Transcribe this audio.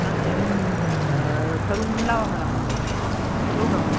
चालतं आहे मग ठरवून लावा मला कॉल ठेऊ का मग